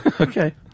Okay